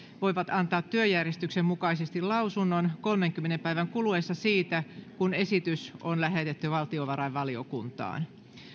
voivat antaa työjärjestyksen mukaisesti lausunnon kolmenkymmenen päivän kuluessa siitä kun esitys on lähetetty valtiovarainvaliokuntaan